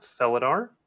Felidar